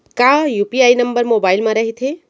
का UPI number mobile म रहिथे?